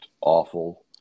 awful